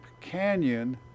canyon